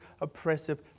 oppressive